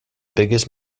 biggest